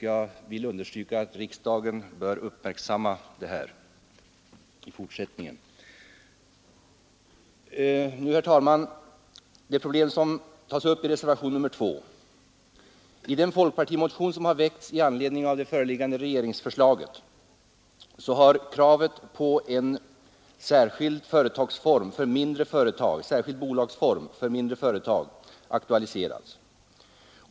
Jag vill understryka att riksdagen bör uppmärksamma detta i fortsättningen. Herr talman! Jag vill säga några ord om det problem som tas upp i reservationen 2. I den folkpartimotion som har väckts i anledning av det föreliggande regeringsförslaget har kravet på en särskild bolagsform för mindre företag aktualiserats.